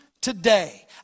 today